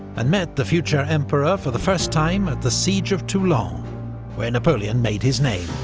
and met the future-emperor for the first time at the siege of toulon, um where napoleon made his name.